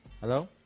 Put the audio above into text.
Hello